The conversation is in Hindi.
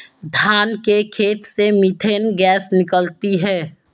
धान के खेत से मीथेन गैस निकलती है